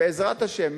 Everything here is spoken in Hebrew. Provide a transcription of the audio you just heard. בעזרת השם,